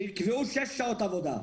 שיקבעו שש שעות עבודה,